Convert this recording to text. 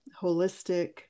holistic